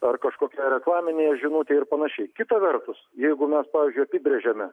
ar kažkokioje reklaminėje žinutėje ir panašiai kita vertus jeigu mes pavyzdžiui apibrėžiame